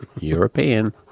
European